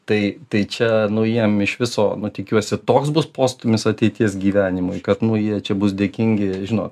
tai tai čia nu jiem iš viso nu tikiuosi toks bus postūmis ateities gyvenimui kad nu jie čia bus dėkingi žinot